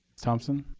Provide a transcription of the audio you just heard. thompson?